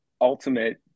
ultimate